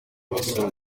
basore